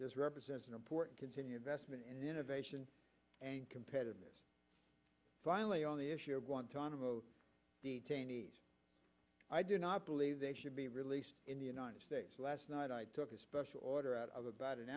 this represents an important continue investment in innovation and competitiveness finally on the issue of guantanamo detainees i do not believe they should be released in the united states last night i took a special order out of about an